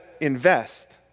invest